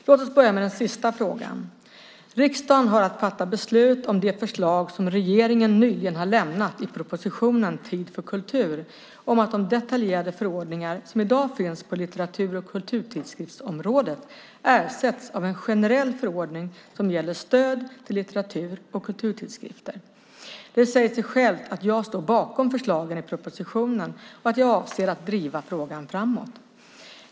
Låt oss börja med den sista frågan. Riksdagen har att fatta beslut om det förslag som regeringen nyligen har lämnat i propositionen Tid för kultur om att de detaljerade förordningar som i dag finns på litteratur och kulturtidskriftsområdet ersätts av en generell förordning som gäller stöd till litteratur och kulturtidskrifter. Det säger sig självt att jag står bakom förslagen i propositionen och att jag avser att driva frågan framåt.